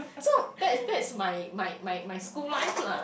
so that's that's my my my school life lah